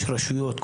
יש רשויות,